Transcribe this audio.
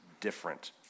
different